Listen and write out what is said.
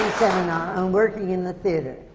on working in the theatre.